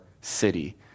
city